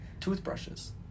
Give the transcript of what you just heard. Toothbrushes